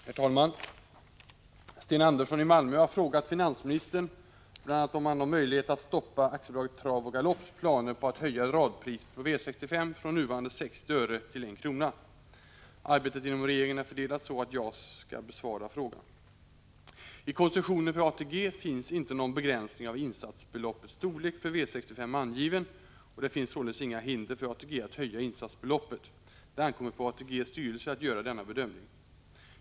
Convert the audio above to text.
Herr talman! Sten Andersson i Malmö har frågat finansministern bl.a. om han har möjlighet att stoppa Aktiebolaget Trav och Galopps planer på att höja radpriset på V65 från nuvarande 60 öre till en krona. Arbetet inom regeringen är fördelat så att det är jag som skall svara på frågan. I koncessionen för ATG finns inte någon begränsning av insatsbeloppets storlek för V65 angiven, och det finns således inga hinder för ATG att höja insatsbeloppet. Det ankommer på ATG:s styrelse att göra denna bedömning.